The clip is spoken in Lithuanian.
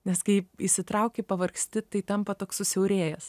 nes kai įsitrauki pavargsti tai tampa toks susiaurėjęs